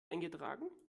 eingetragen